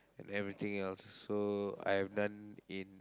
and everything else so I've done in